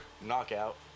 knockout